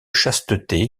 chasteté